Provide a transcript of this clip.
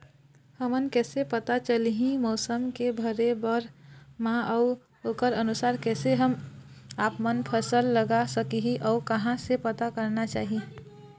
हमन कैसे पता चलही मौसम के भरे बर मा अउ ओकर अनुसार कैसे हम आपमन फसल लगा सकही अउ कहां से पता करना चाही?